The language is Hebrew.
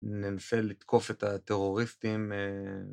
ננסה לתקוף את הטרוריסטים.